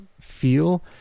feel